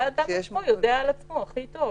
אבל זה משהו שהאדם יודע על עצמו הכי טוב.